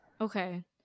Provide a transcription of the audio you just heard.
Okay